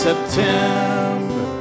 September